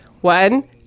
One